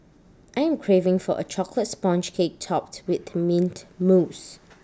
I am craving for A Chocolate Sponge Cake Topped with Mint Mousse